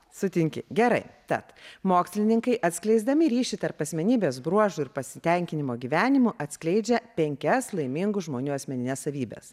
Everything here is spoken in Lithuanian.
sutinki gerai tad mokslininkai atskleisdami ryšį tarp asmenybės bruožų ir pasitenkinimo gyvenimu atskleidžia penkias laimingų žmonių asmenines savybes